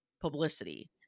publicity